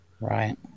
Right